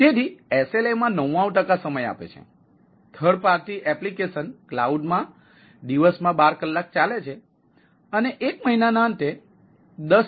તેથી તે SLAમાં 99 ટકા સમય આપે છે થર્ડ પાર્ટી એપ્લિકેશન ક્લાઉડ માં દિવસમાં 12 કલાક ચાલે છે અને એક મહિનાના અંતે 10